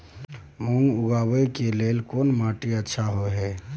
मूली उगाबै के लेल कोन माटी अच्छा होय है?